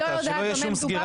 אני לא יודעת במה מדובר,